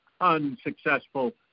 unsuccessful